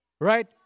right